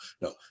no